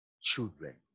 children